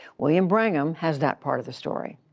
william brangham has that part of the story.